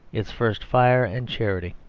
its first fire and charity